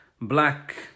black